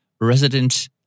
resident